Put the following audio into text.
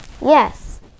Yes